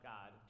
God